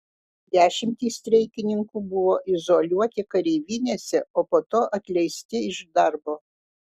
dešimtys streikininkų buvo izoliuoti kareivinėse o po to atleisti iš darbo